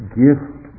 gift